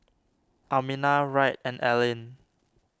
Almina Wright and Allyn